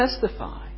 testify